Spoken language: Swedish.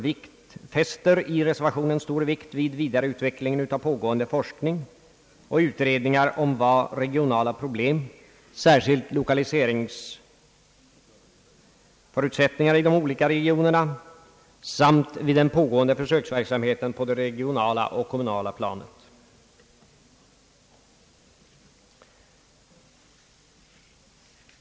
Vi fäster i reservationen stor vikt vid vidareutvecklingen av pågående forskning, vid utredningar om regionala problem, särskilt lokaliseringsförutsättningarna i de olika regionerna, samt vid den pågående försöksverksamheten på det regionala och kommunala planet.